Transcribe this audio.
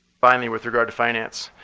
finally with regard to finance,